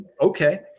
Okay